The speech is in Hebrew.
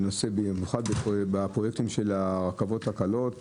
במיוחד בפרויקטים של הרכבות הקלות,